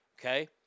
okay